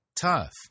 tough